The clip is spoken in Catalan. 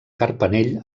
carpanell